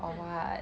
mmhmm